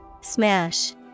Smash